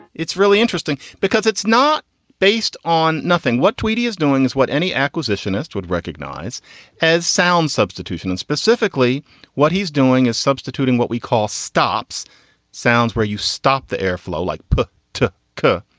it's really interesting because it's not based on nothing, what tweedie is doing is what any acquisition iste would recognize as sound substitution and specifically what he's doing is substituting what we call stops sounds where you stop the airflow like push to curb.